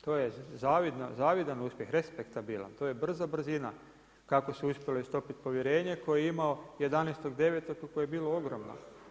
To je zavidan uspjeh, respektabilan, to je brza brzina kako se uspjelo istopiti povjerenje koje imao 11.9. koje je bilo ogromno.